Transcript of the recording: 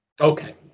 Okay